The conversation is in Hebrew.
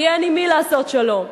כי אין עם מי לעשות שלום,